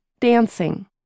Dancing